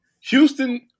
Houston